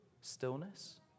Stillness